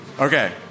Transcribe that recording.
Okay